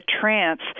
trance